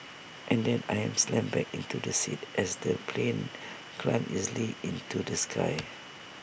and then I am slammed back into the seat as the plane climbs easily into the sky